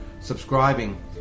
subscribing